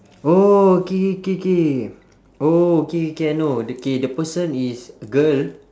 oh okay K K oh okay K I know the K the person is girl